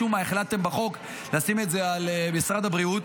משום מה החלטתם בחוק לשים את זה על משרד הבריאות,